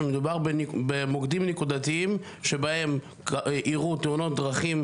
מדובר במוקדים נקודתיים שבהם אירעו תאונות דרכים,